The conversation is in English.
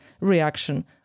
reaction